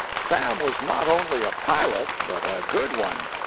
sam was not only a pilot, but a good one.